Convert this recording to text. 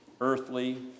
earthly